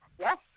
Yes